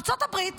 ארצות הברית